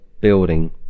building